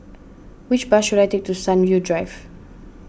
which bus should I take to Sunview Drive